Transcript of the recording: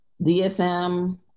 DSM